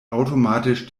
automatisch